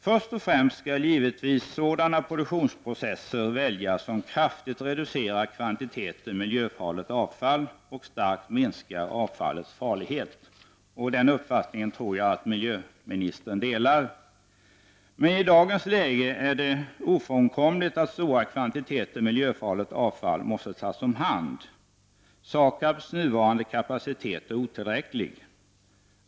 Först och främst skall givetvis sådana produktionsprocesser väljas som kraftigt reducerar kvantiteten miljöfarligt avfall och starkt minskar avfallets farlighet. Den uppfattningen tror jag att miljöministern delar. Men i dagens läge är det ofrånkomligt att stora kvantiteter miljöfarligt avfall måste tas om hand. SAKABSs nuvarande kapacitet är otilläcklig.